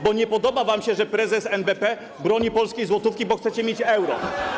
Bo nie podoba wam się, że prezes NBP broni polskiej złotówki, bo chcecie mieć euro.